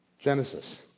Genesis